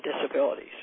disabilities